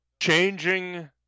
Changing